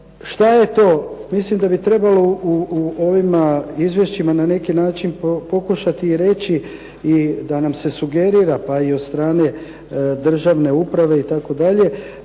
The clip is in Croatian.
šta je to. Mislim da bi trebalo u ovima izvješćima na neki način pokušati i reći i da nam se sugerira pa i od strane državne uprave itd.,